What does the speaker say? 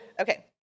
Okay